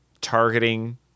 targeting